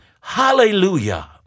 hallelujah